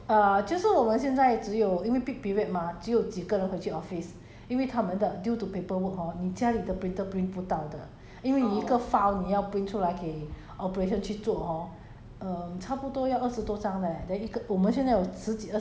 then 她就我 then 她跟我我就我就说谁还有谁在那边 err 就是我们现在只有因为 peak period mah 只有几个人回去 office 因为他们的 due to paperwork hor 你家里的 printer print 不到的因为你一个 file 你要 print 出来给 operation 去做 hor